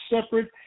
separate